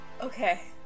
okay